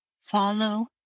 Follow